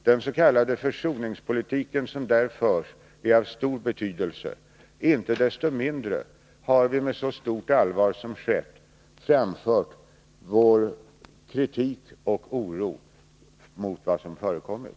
Den s.k. försoningspolitiken som där förs är av stor betydelse. Inte desto mindre har vi med stort allvar framfört vår kritik mot och oro för vad som skett.